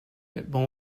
bon